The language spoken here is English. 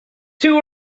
too